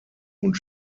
und